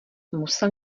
musel